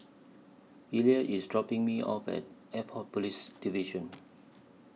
Elliott IS dropping Me off At Airport Police Division